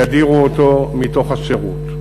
ידירו אותו מתוך השירות.